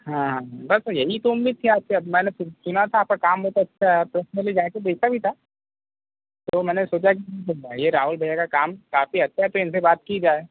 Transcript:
हाँ बस यही तो उम्मीद थी आपसे मैंने सुना था आपका काम बहुत अच्छा है और पर्सनली जाके देखा भी था तो मैंने सोचा कि भाई राहुल भैया का काम काफ़ी अच्छा है तो इनसे बात की जाए